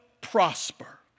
prosper